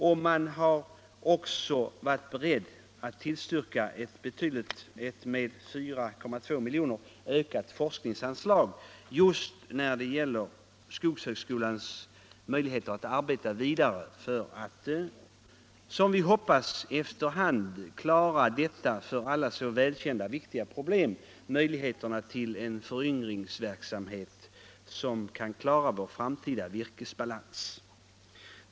Vi har också varit beredda att tillstyrka ett med 4,2 miljoner ökat forskningsanslag just när det gäller skogshögskolans möjligheter att arbeta forskning forskning vidare för att, som vi hoppas, efter hand klara detta för alla så välkända och viktiga problem, möjligheterna till en föryngringsverksamhet för att klara vår framtida virkesbalans.